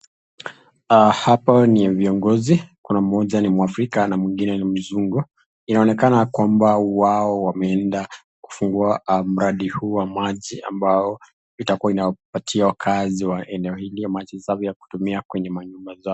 Hapa ni viongozi, kuna mmoja ni Mwafrika na mwingine ni mzungu, yaonekana kwamba wao wameenda kufungua mradi huu wa maji ambao itakuwa inapatia wakaazi wa eneo hili maji safi ya kutumia kwenye manyumba zao.